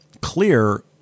clear